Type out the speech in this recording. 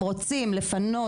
הם רוצים לפנות.